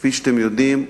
כפי שאתם יודעים,